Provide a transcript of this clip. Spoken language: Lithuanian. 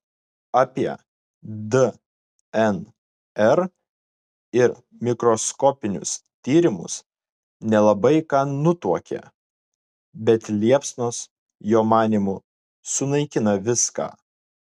apie dnr ir mikroskopinius tyrimus nelabai ką nutuokė bet liepsnos jo manymu sunaikina viską